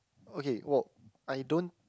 okay well I don't